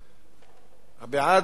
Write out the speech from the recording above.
בעד, זה לא בעד ההצעה שלך.